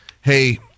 hey